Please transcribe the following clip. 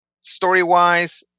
Story-wise